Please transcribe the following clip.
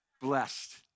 blessed